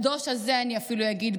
אני אפילו אגיד,